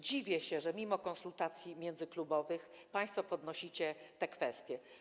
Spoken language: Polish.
Dziwię się, że mimo konsultacji międzyklubowych państwo podnosicie tę kwestię.